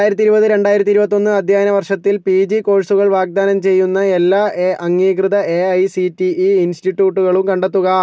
രണ്ടായിരത്തിരുപത് രണ്ടായിരത്തിരുപത്തൊന്ന് അധ്യയന വർഷത്തിൽ പിജി കോഴ്സുകൾ വാഗ്ദാനം ചെയ്യുന്ന എല്ലാ എ അംഗീകൃത എഐസിടിഇ ഇൻസ്റ്റിട്യൂട്ടുകളും കണ്ടെത്തുക